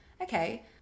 okay